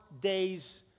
days